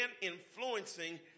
influencing